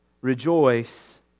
Rejoice